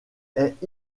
est